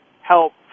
Help